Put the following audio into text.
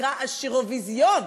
שנקרא ה"שירוויזיון".